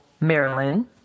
Maryland